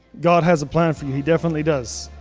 god has a plan for you. he definitely does.